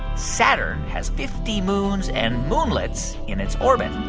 saturn has fifty moons and moonlets in its orbit?